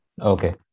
okay